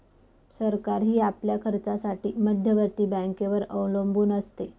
सरकारही आपल्या खर्चासाठी मध्यवर्ती बँकेवर अवलंबून असते